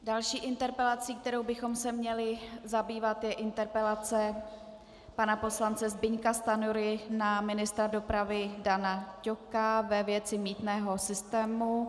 Další interpelací, kterou bychom se měli zabývat, je interpelace pana poslance Zbyňka Stanjury na ministra dopravy Dana Ťoka ve věci mýtného systému.